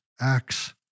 Acts